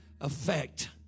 effect